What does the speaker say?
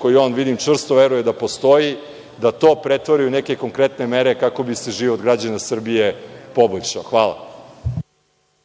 koji on čvrsto veruje da postoji da to pretvori u neke konkretne mere kako bi se život građana Srbije poboljšao? Hvala.